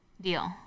deal